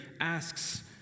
asks